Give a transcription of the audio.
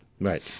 Right